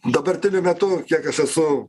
dabartiniu metu kiek aš esu